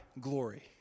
glory